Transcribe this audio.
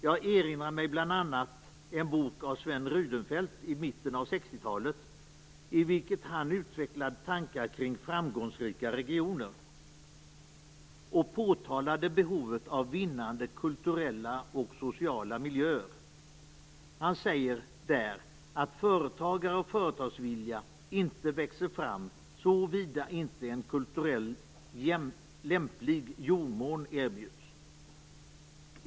Jag erinrar mig bl.a. en bok av Sven Rydenfelt från mitten av 60-talet i vilken han utvecklade tankar kring framgångsrika regioner och påtalade behovet av vinnande "kulturella och sociala miljöer". Han säger i boken att företagare och företagsvilja inte växer fram såvida inte en kulturellt lämplig jordmån erbjuds.